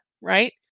right